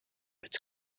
its